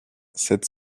sept